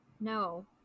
No